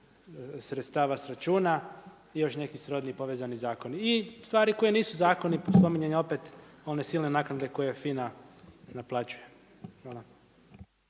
sredstava sa računa i još neki srodni povezani zakoni. I stvari koje nisu zakoni, spominjanje opet one silne naknade koje FINA naplaćuje.